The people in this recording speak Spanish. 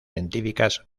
científicas